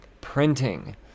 printing